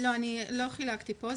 לא, אני לא חילקתי פה.